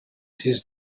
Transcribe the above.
his